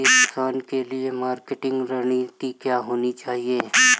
एक किसान के लिए मार्केटिंग रणनीति क्या होनी चाहिए?